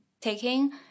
taking